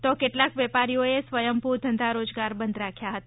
તો કેટલાક વેપારીઓએ સ્વયંભૂ ધંધા રોજગાર બંધ રાખ્યા હતા